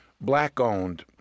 black-owned